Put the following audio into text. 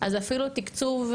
אז אפילו תקצוב,